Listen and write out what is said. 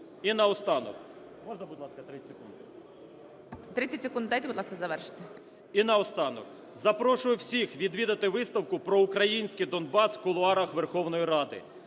І наостанок. (Можна, будь ласка, 30 секунд). ГОЛОВУЮЧИЙ. 30 секунд дайте, будь ласка, завершити. ГЕРАСИМОВ А.В. І наостанок. Запрошую всіх відвідати виставку про український Донбас в кулуарах Верховної Ради.